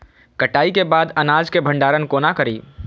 कटाई के बाद अनाज के भंडारण कोना करी?